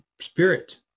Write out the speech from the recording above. spirit